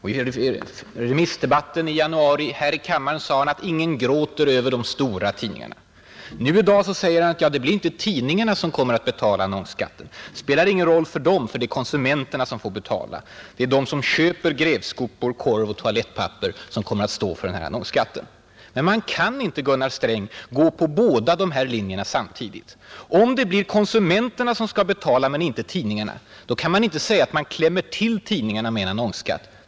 I remissdebatten här i kammaren sade han också att ingen gråter över de stora tidningarna, I dag säger han att det inte kommer att bli tidningarna som kommer att få betala annonsskatten — den spelar ingen roll för dem, eftersom det är konsumenterna som får betala, Det är de som köper grävskopor, korv och toalettpapper som kommer att stå för annonsskatten, Men man kan inte, Gunnar Sträng, följa båda linjerna samtidigt. Om det blir konsumenterna som skall betala skatten. men inte tidningarna — då kan man inte, som finansministern gjort, påstå att man ”klämmer” åt tidningarna med en annonsskatt.